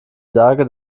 sage